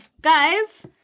Guys